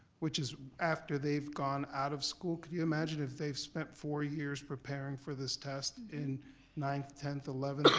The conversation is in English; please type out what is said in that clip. which is after they've gone out of school, could you imagine if they've spent four years preparing for this test in ninth, tenth, eleventh,